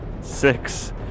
six